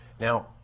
Now